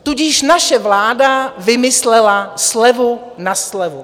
Tudíž naše vláda vymyslela slevu na slevu.